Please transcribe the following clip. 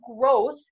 growth